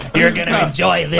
you're gonna enjoy